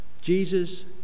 Jesus